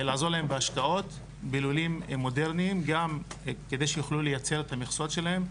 לעזור להם בהשקעות בלולים מודרניים גם כדי שיוכלו לייצר את המכסות שלהם,